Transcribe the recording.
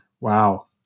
Wow